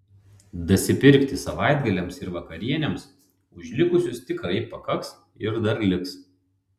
dasipirkti savaitgaliams ir vakarienėms už likusius tikrai pakaks ir dar liks